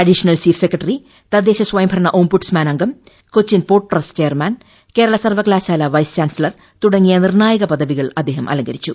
additional chief secretary തദ്ദേശസ്വയംഭരണ ombudsman അംഗം Cochin port trust chairman Kerala സർവ്വകലാശാല വൈസ് ചാൻസലർ തുടങ്ങിയ നിർണ്ണായക പദവികൾ അദ്ദേഹം അലങ്കരിച്ചു